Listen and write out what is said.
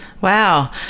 Wow